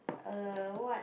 uh what